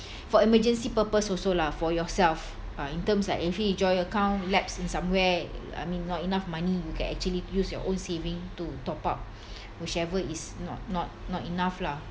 for emergency purpose also lah for yourself uh in terms like actually joint account lapse in somewhere I mean not enough money you can actually use your own saving to top up whichever is not not not enough lah